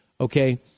Okay